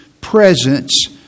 presence